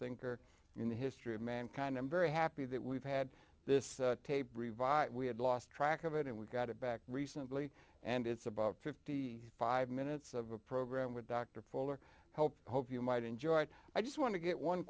thinker in the history of mankind i'm very happy that we've had this tape revive we had lost track of it and we got it back recently and it's about fifty five minutes of a program with dr fuller help hope you might enjoy it i just want to get one